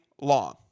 long